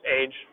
age